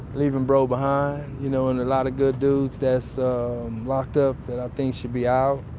leaving bro behind, you know and a lotta good dudes that's locked up that i think should be out.